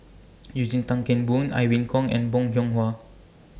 Eugene Tan Kheng Boon Irene Khong and Bong Hiong Hwa